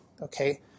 Okay